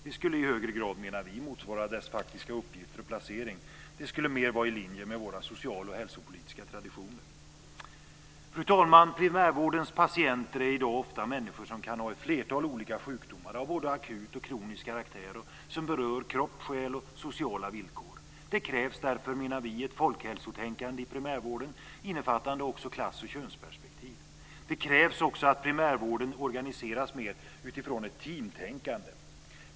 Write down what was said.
Det skulle i högre grad motsvara dess faktiska uppgift och placering, menar vi. Det skulle mer vara i linje med våra social och hälsopolitiska traditioner. Fru talman! Primärvårdens patienter är i dag ofta människor som kan ha ett flertal olika sjukdomar av både akut och kronisk karaktär och som berör kropp, själ och sociala villkor. Det krävs därför ett folkhälsotänkande i primärvården innefattande också klassoch könsperspektiv. Det krävs också att primärvården organiseras mer utifrån ett teamtänkande.